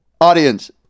audience